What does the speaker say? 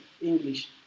English